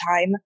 time